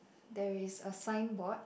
there is a signboard